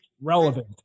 relevant